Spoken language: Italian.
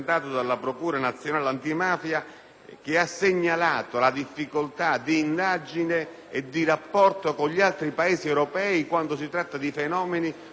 viene segnalata la difficoltà di indagine e di rapporto con gli altri Paesi europei quando si tratta di fenomeni così strettamente connessi.